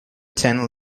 ten